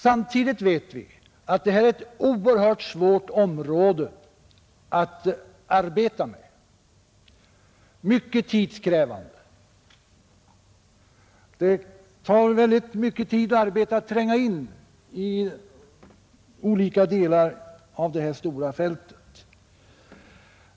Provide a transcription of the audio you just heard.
Samtidigt vet vi att det är ett oerhört svårt område att arbeta med. Det kräver mycket tid och arbete att tränga in på olika delar av detta stora fält.